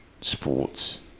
sports